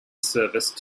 service